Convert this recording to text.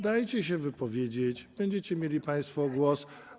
Dajcie się wypowiedzieć, będziecie mieli państwo głos.